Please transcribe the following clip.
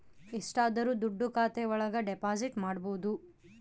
ಎಷ್ಟಾದರೂ ದುಡ್ಡು ಖಾತೆ ಒಳಗ ಡೆಪಾಸಿಟ್ ಮಾಡ್ಬೋದು